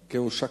תודה.